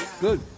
Good